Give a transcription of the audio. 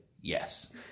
Yes